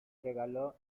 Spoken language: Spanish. regaló